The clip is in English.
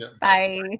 Bye